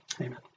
Amen